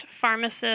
pharmacist